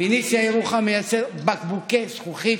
פניציה ירוחם מייצר בקבוקי זכוכית.